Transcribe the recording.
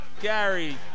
Gary